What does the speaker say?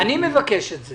אני מבקש את זה